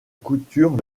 couture